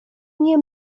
nie